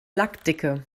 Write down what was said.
lackdicke